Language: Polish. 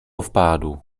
wpadł